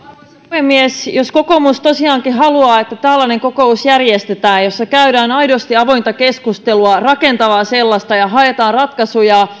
puhemies jos kokoomus tosiaankin haluaa että tällainen kokous järjestetään jossa käydään aidosti avointa keskustelua rakentavaa sellaista ja haetaan ratkaisuja